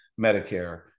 Medicare